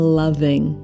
loving